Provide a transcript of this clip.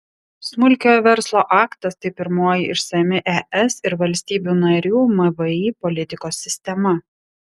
smulkiojo verslo aktas tai pirmoji išsami es ir valstybių narių mvį politikos sistema